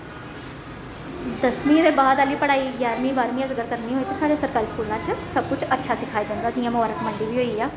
दसमीं दे बाद आह्ली पढ़ाई ग्यारमीं बारमीं अगर करनी होऐ ते साढ़े सरकारी स्कूल च सब कुछ अच्छा सिखाया जंदा ऐ जि'यां मवारख मंडी होई ऐआ